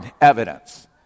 evidence